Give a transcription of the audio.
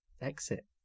exit